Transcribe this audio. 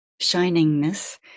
shiningness